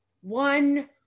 one